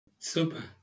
Super